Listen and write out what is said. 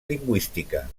lingüística